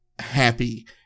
happy